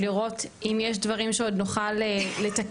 לראות אם יש דברים שעוד נוכל לתקן,